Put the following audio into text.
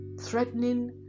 threatening